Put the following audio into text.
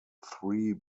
three